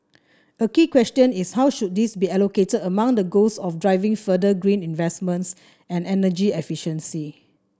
a key question is how should these be allocated among the goals of driving further green investments and energy efficiency